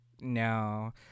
No